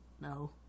No